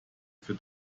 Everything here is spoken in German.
für